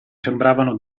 sembravano